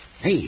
Hey